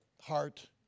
heart